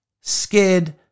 scared